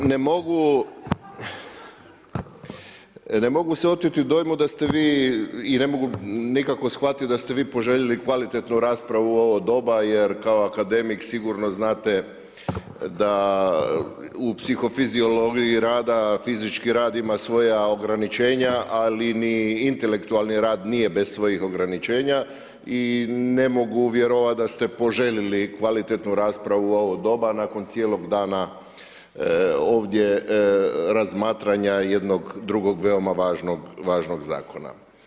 Ne mogu se oteti dojmu da ste vi i ne mogu nikako shvatiti da ste vi poželjeli kvalitetnu raspravu u ovo doba jer kao akademik sigurno znate da u psihofiziologiji rada fizički rad ima svoja ograničenja, ali ni intelektualni rad nije bez svojih ograničenja i ne mogu vjerovati da ste poželjeli kvalitetnu raspravu u ovo doba nakon cijelog dana ovdje razmatranja jednog drugog veoma važnog zakona.